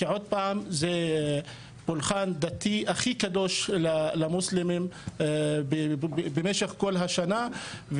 כי זה הפולחן דתי הכי קדוש למוסלמים במשך כל השנה,